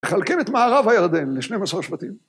מחלקים את מערב הירדן ל-12 שבטים.